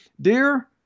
Dear